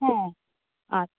হ্যাঁ আচ্ছা